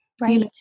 Right